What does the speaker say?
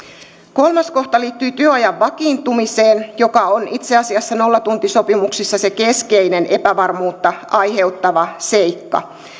kolmas kohta liittyy työajan vakiintumiseen joka on itse asiassa nollatuntisopimuksissa se keskeinen epävarmuutta aiheuttava seikka